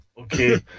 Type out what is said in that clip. okay